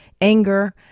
anger